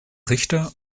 richter